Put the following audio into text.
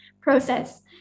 process